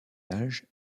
âge